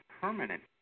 permanent